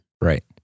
Right